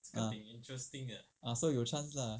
ah so 有 chance lah